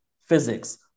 physics